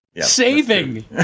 Saving